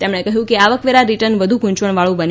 તેમણે કહ્યું કે આવકવેરા રીટર્ન વધુ ગૂંચવણ વાળું બન્યું છે